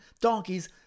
donkeys